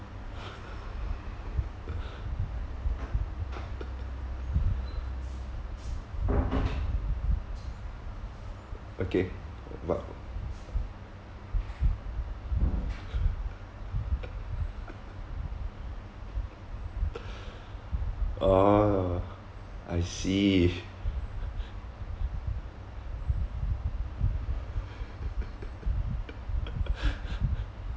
okay !wow! ah I see